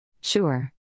Sure